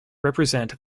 represent